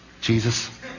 Jesus